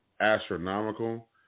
astronomical